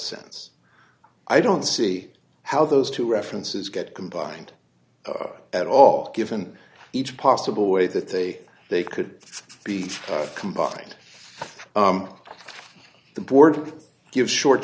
sense i don't see how those two references get combined at all given each possible way that they they could be combined the board give short